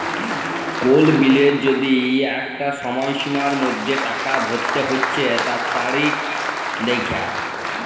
কোল বিলের যদি আঁকটা সময়সীমার মধ্যে টাকা ভরতে হচ্যে তার তারিখ দ্যাখা